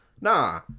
Nah